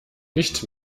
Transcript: nicht